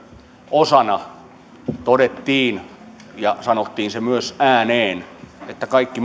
osana todettiin ja sanottiin se myös ääneen että kaikki